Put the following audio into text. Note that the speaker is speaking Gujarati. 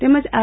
તેમજ આર